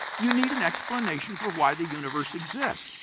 you need an explanation for why the universe exists.